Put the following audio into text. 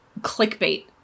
clickbait